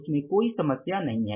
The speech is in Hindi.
उसमें कोई समस्या नहीं है